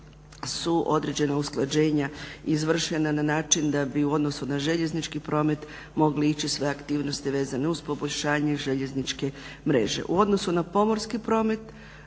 su određena usklađena izvršena na način da bi u odnosu na željeznički promet mogli ići sve aktivnosti vezane uz poboljšanje željezničke mreže. U odnosu na pomorski promet